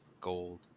gold